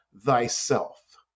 thyself